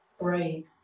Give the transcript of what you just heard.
Breathe